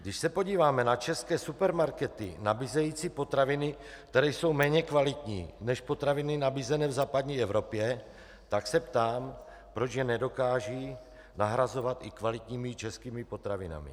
Když se podíváme na české supermarkety nabízející potraviny, které jsou méně kvalitní než potraviny nabízené v západní Evropě, tak se ptám, proč je nedokážou nahrazovat i kvalitními českými potravinami.